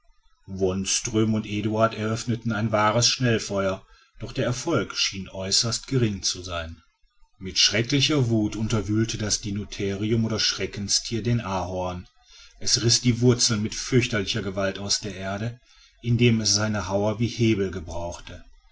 wonström und eduard eröffneten ein wahres schnellfeuer doch der erfolg schien äußerst gering zu sein mit schrecklicher wut unterwühlte das dinotherium oder schreckenstier den ahorn es riß die wurzeln mit fürchterlicher gewalt aus der erde indem es seine hauer wie hebel gebrauchte